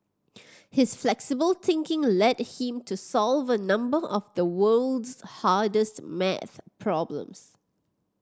his flexible thinking led him to solve a number of the world's hardest maths problems